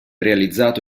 realizzato